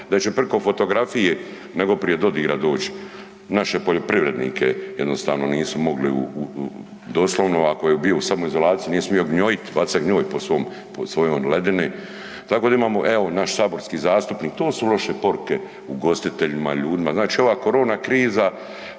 da će priko fotografije nego prije dodira doć. Naše poljoprivrednike jednostavno nisu mogli u, u, doslovno ako je bio u samoizolaciji nije smio gnjojit, bacat gnjoj po svom, po svojon ledini. Tako da imamo, evo naš saborski zastupnik, to su loše poruke ugostiteljima, ljudima. Znači, ova korona kriza,